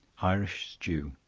irish stew.